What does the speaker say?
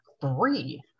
three